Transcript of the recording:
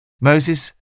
Moses